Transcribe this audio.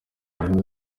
rurimi